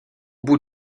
bout